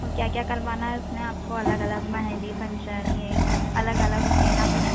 और क्या क्या करवाना है उसमें आपको अलग अलग मेहंदी फ़ंक्शन ये अलग अलग होंगे ना फिर